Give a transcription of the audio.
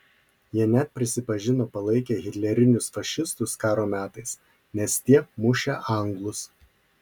jie net prisipažino palaikę hitlerinius fašistus karo metais nes tie mušę anglus